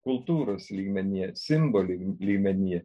kultūros lygmenyje simbolių lygmenyje